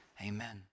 amen